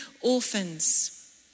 orphans